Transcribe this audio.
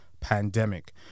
pandemic